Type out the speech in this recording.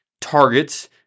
targets